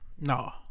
no